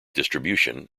distribution